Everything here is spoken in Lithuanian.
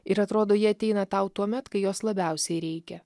ir atrodo jie ateina tau tuomet kai jos labiausiai reikia